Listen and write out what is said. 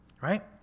Right